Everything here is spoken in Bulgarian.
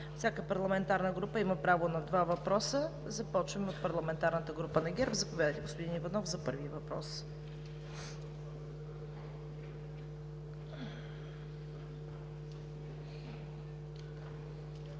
всяка парламентарна група има право на два въпроса. Започваме от парламентарната група на ГЕРБ. Заповядайте за първи въпрос,